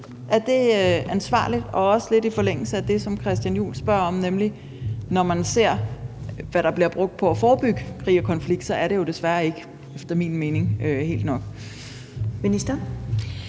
Er det ansvarligt? Og lidt i forlængelse af det, som Christian Juhl spørger om, vil jeg sige, at når man ser på, hvad der bliver brugt på at forebygge krige og konflikter, så er det efter min mening desværre ikke